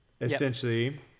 essentially